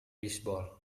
bisbol